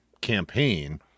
campaign